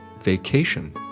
Vacation